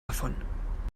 davon